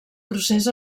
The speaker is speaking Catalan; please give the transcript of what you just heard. procés